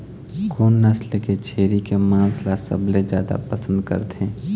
कोन नसल के छेरी के मांस ला सबले जादा पसंद करथे?